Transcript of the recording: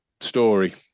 story